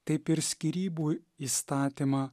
taip ir skyrybų įstatymą